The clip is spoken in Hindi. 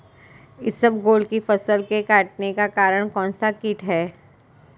इसबगोल की फसल के कटने का कारण कौनसा कीट है?